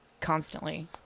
constantly